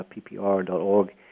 ppr.org